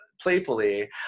playfully